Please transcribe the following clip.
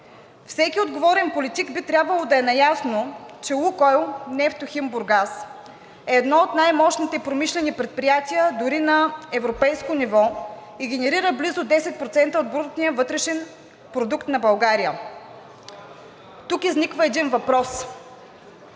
Всеки отговорен политик би трябвало да е наясно, че „Лукойл Нефтохим – Бургас“, е едно от най-мощните промишлени предприятия дори на европейско ниво и генерира близо 10% от брутния вътрешен продукт на България. Тук изниква един въпрос: